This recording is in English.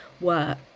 work